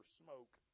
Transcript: smoke